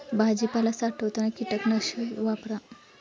भाजीपाला साठवताना कीटकनाशके वापरा